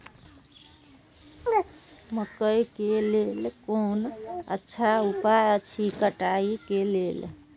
मकैय के लेल कोन अच्छा उपाय अछि कटाई के लेल?